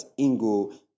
Ingo